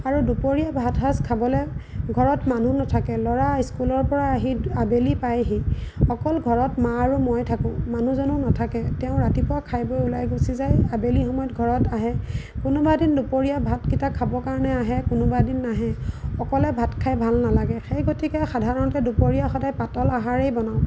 আৰু দুপৰীয়া ভাতসাঁজ খাবলৈ ঘৰত মানুহ নাথাকে ল'ৰা স্কুলৰ পৰা আহি আবেলি পায়হি অকল ঘৰত মা আৰু মই থাকোঁ মানুহজনো নাথাকে তেওঁ ৰাতিপুৱা খাই বৈ ওলাই গুচি যায় আবেলি সময়ত ঘৰত আহে কোনোবা এদিন দুপৰীয়া ভাতকেইটা খাবৰ কাৰণে আহে কোনোবা এদিন নাহে অকলে ভাত খাই ভাল নালাগে সেই গতিকে সাধাৰণতে দুপৰীয়া সদায় পাতল আহাৰেই বনাওঁ